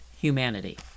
humanity